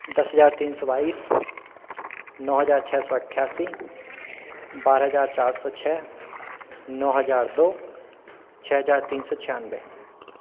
दस हज़ार तीन सौ बाईस नौ हज़ार छः सौ अट्ठासी बारह हज़ार चार सौ छः नौ हज़ार दो छः हज़ार तीन सौ छियानवे